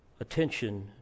Attention